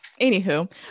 Anywho